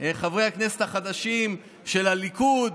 חברי הכנסת החדשים של הליכוד.